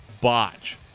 Botch